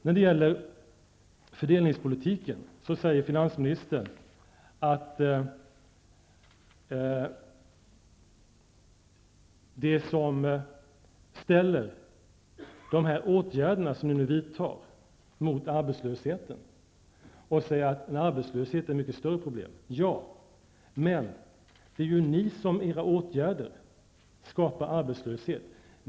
När det gäller fördelningspolitiken ställer finansministern de åtgärder som regeringen nu vidtar mot arbetslösheten och säger att arbetslösheten är ett mycket större problem. Ja, men det är ju ni som med era åtgärder skapar arbetslöshet.